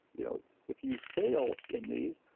you know if you fail in these,